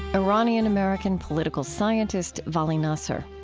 iranian-american political scientist vali nasr.